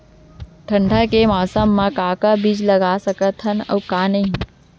ठंडा के मौसम मा का का बीज लगा सकत हन अऊ का नही?